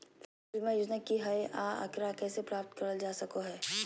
फसल बीमा योजना की हय आ एकरा कैसे प्राप्त करल जा सकों हय?